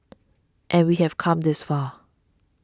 and we have come this far